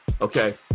Okay